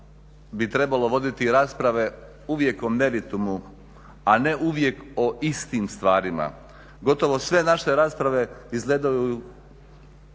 bi trebalo voditi rasprave uvijek o meritumu, a ne uvijek o istim stvarima. Gotovo sve naše rasprave izgledaju